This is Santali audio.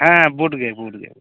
ᱦᱮᱸ ᱵᱩᱴ ᱜᱮ ᱵᱩᱴ ᱜᱮ